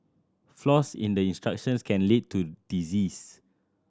flaws in the instructions can lead to disease